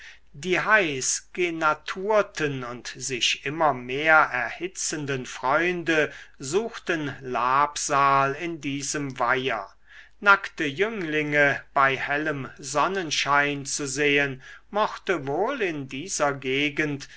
die heiß genaturten und sich immer mehr erhitzenden freunde suchten labsal in diesem weiher nackte jünglinge bei hellem sonnenschein zu sehen mochte wohl in dieser gegend